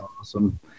awesome